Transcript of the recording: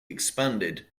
expanded